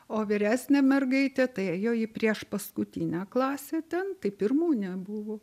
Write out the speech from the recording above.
o vyresnė mergaitė tai ėjo į prieš paskutinę klasę ten tai pirmūnė buvo